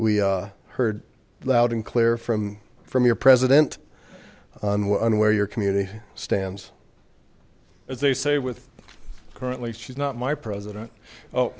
we heard loud and clear from from your president and where your community stands as they say with currently she's not my president